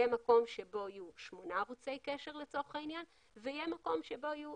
יהיה מקום שבו יהיו שמונה ערוצי קשר לצורך העניין ויהיה מקום שבו יהיו